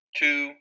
two